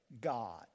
God